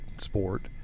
sport